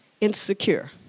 insecure